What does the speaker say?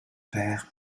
père